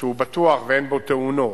שהוא בטוח ואין בו תאונות.